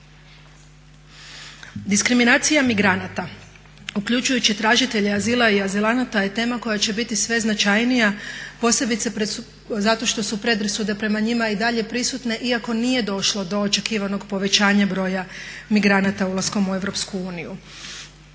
Diskriminacija migranata uključujući tražitelje azila i azilanata je tema koja će biti sve značajnija posebice zato što su predrasude prema njima i dalje prisutne iako nije došlo do očekivanog povećanja broja migranata ulaskom u EU.